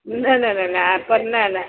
न न न न आर्तवार न न